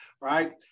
right